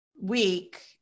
week